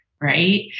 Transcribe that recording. right